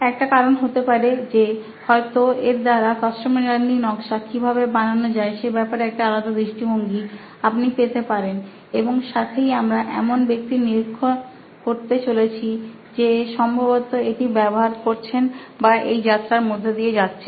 একটা কারণ হতে পারে যে হয়তো এর দ্বারা কাস্টমার জার্নি নকশা কি ভাবে বানানো যায় সেই ব্যাপারে একটা আলাদা দৃষ্টিভঙ্গি আপনি পেতে পারেন এবং সাথেই আমরা এমন ব্যক্তির নিরীক্ষা করতে চলেছি যে সম্ভবত এটি ব্যবহার করছেন বা এই যাত্রার মধ্য দিয়ে যাচ্ছেন